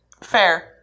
Fair